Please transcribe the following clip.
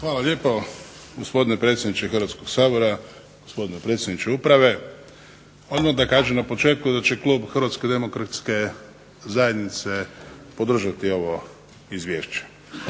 Hvala lijepo gospodine predsjedniče Hrvatskog sabora, gospodine predsjedniče uprave. Odmah da kažem na početku da će klub HDZ-a podržati ovo izvješće.